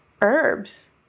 herbs